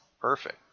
Perfect